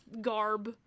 garb